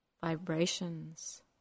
vibrations